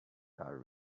are